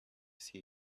see